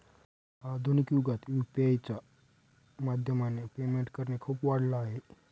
आधुनिक युगात यु.पी.आय च्या माध्यमाने पेमेंट करणे खूप वाढल आहे